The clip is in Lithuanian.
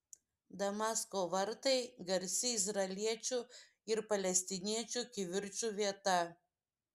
damasko vartai garsi izraeliečių ir palestiniečių kivirčų vieta